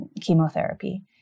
chemotherapy